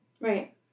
Right